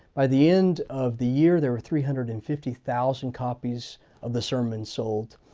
by the end of the year there were three hundred and fifty thousand copies of the sermons sold,